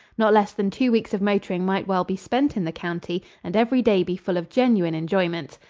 not less than two weeks of motoring might well be spent in the county and every day be full of genuine enjoyment.